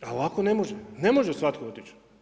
A ovako ne može, ne može svatko otići.